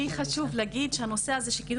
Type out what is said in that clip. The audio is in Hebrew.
לי חשוב להגיד שהנושא הזה של קידום